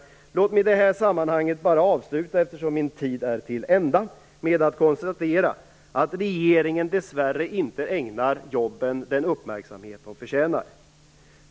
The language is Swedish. Eftersom min tid är till ända vill jag bara i det här sammanhanget avsluta med att konstatera att regeringen dess värre inte ägnar jobben den uppmärksamhet de förtjänar.